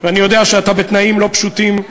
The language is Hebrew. ואני יודע שאתה בתנאים לא פשוטים,